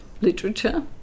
literature